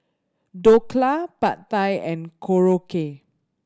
Dhokla Pad Thai and Korokke